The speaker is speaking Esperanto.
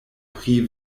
pri